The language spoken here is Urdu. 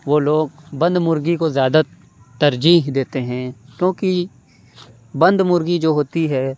وہ لوگ بند مرغی کو زیادہ ترجیح دیتے ہیں کیوں کہ بند مرغی جو ہوتی ہے